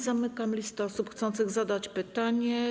Zamykam listę osób chcących zadać pytanie.